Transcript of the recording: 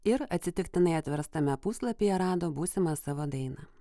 ir atsitiktinai atverstame puslapyje rado būsimą savo dainą